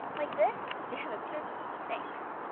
like this? yeah, that's perfect. thanks.